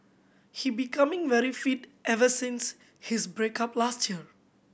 he becoming very fit ever since his break up last year